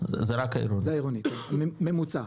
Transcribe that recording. זה רק העירונית ממוצע,